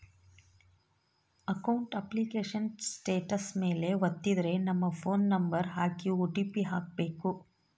account application status ಮೇಲೆ ವತ್ತಿದ್ರೆ ನಮ್ ಫೋನ್ ನಂಬರ್ ಹಾಕಿ ಓ.ಟಿ.ಪಿ ಹಾಕ್ಬೆಕು